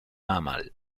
mammal